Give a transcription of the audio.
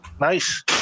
Nice